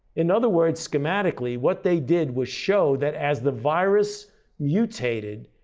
in other words, schematically, what they did was show that as the virus mutated,